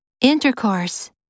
Intercourse